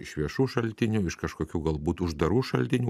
iš viešų šaltinių iš kažkokių galbūt uždarų šaltinių